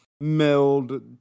meld